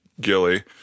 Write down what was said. Gilly